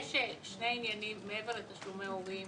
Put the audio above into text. יש שני עניינים מעבר לתשלומי הורים